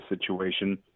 situation